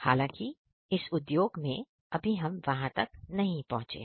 हालांकि इस उद्योग में अभी हम वहां तक नहीं पहुंचे हैं